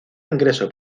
ingreso